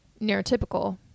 neurotypical